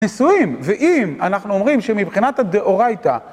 נישואים, ואם אנחנו אומרים שמבחינת הדאורייתא